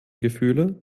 gefühle